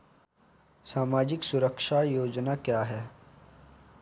सामाजिक सुरक्षा योजना क्या है?